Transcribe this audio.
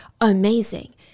amazing